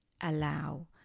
allow